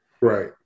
Right